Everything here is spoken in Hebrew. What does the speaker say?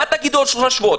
מה תגידו בעוד שלושה שבועות?